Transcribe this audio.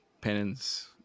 penance